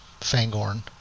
Fangorn